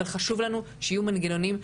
אבל חשוב לנו שיהיו מנגנונים.